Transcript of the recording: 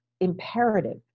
imperative